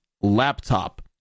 laptop